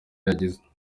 yagize